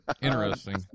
interesting